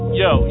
yo